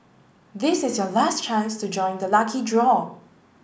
this is your last chance to join the lucky draw